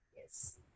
Yes